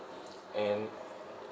and